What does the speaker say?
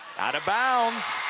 out of bounds.